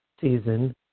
season